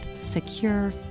secure